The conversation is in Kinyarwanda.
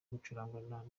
gucurangwa